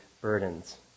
burdens